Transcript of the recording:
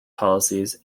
policies